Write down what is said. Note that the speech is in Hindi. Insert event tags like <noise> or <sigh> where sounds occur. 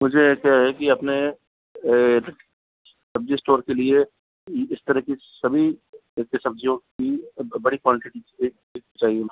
मुझे क्या है कि अपने सब्जी स्टोर के लिए इस तरह की सभी सब्जियों की बड़ी क्वांटिटी <unintelligible> चाहिए मुझे